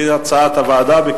כהצעת הוועדה,